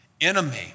enemy